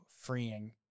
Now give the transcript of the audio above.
freeing